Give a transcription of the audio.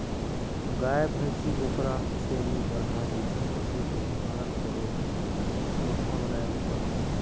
गाय, भइसी, बोकरा, छेरी, बरहा जइसन पसु के पालन करे कोठा बनाये ले परथे